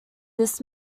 this